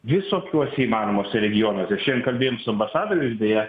visokiuose įmanomuose regionuose šiandien kalbėjom su ambasadoriais beje